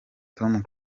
tom